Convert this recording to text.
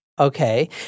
okay